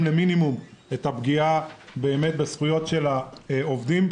למינימום את הפגיעה בזכויות של העובדים,